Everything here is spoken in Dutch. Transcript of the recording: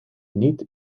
niet